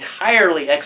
entirely